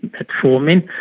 metformin,